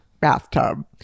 bathtub